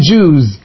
Jews